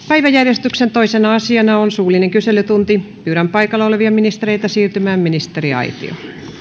päiväjärjestyksen toisena asiana on suullinen kyselytunti pyydän paikalla olevia ministereitä siirtymään ministeriaitioon